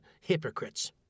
hypocrites